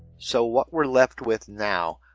so what we're left with now,